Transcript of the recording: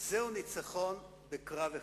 זהו ניצחון בקרב אחד.